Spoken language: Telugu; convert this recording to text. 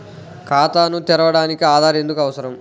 ఖాతాను తెరవడానికి ఆధార్ ఎందుకు అవసరం?